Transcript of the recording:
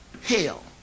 Hell